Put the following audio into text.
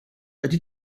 ydy